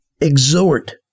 exhort